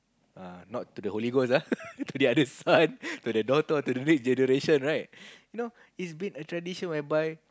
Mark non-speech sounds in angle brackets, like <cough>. ah not to the holy ghost ah <laughs> to the others one to the daughter or to the next generation right you know it been a tradition where by